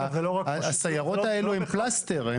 הסיירות האלה הן פלסטר.